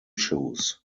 shoes